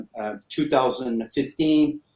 2015